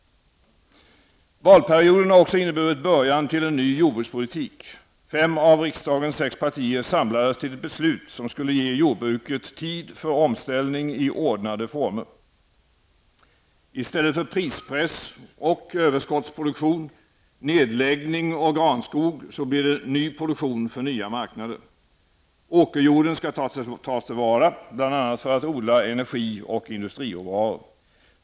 Valperioden har också inneburit början till en ny jordbrukspolitik. Fem av riksdagens sex partier samlades till ett beslut, som skulle ge jordbruket tid för omställning i ordnade former. I stället för prispress och överskottsproduktion, nedläggning och granskog, blir det ny produktion för nya marknader. Åkerjorden skall tas till vara -- bl.a. för odling av energi och industriråvaror.